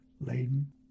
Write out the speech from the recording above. laden